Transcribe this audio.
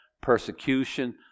persecution